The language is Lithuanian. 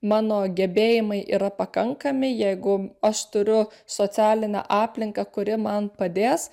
mano gebėjimai yra pakankami jeigu aš turiu socialinę aplinką kuri man padės